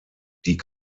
die